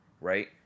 right